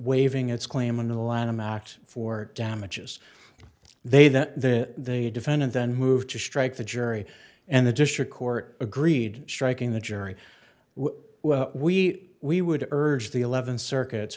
out for damages they that the defendant then moved to strike the jury and the district court agreed striking the jury well we we would urge the eleventh circuit